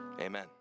Amen